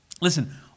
Listen